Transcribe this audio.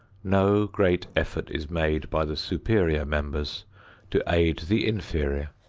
no great effort is made by the superior members to aid the inferior.